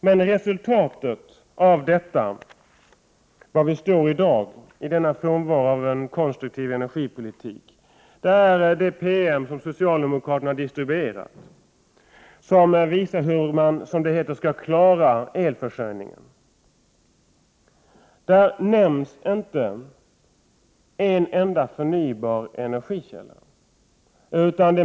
Vad är resultatet av detta? Var står vi i dag i denna frånvaro av en konstruktiv energipolitik? Jo, resultatet är den PM som socialdemokraterna har distribuerat, som visar hur man, som det heter, skall klara elförsörjningen. Där nämns inte en enda förnybar energikälla.